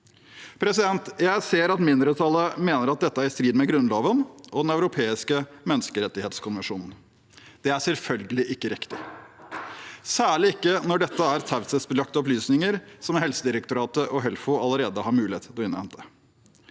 Jeg ser at mindretallet mener at dette er i strid med Grunnloven og Den europeiske menneskerettighetskonvensjon. Det er selvfølgelig ikke riktig, særlig ikke når dette er taushetsbelagte opplysninger som Helsedirektoratet og Helfo allerede har mulighet til å innhente.